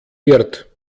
wird